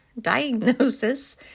diagnosis